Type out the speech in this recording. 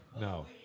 No